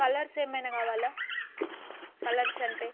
colours ఏమైనా కావాలా colours అంటే